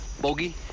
bogey